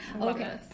Okay